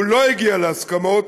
הוא לא הגיע להסכמות,